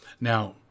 Now